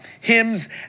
hymns